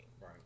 Right